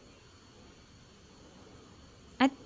I